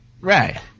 Right